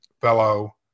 fellow